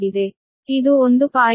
ಆದ್ದರಿಂದ ಇದು 1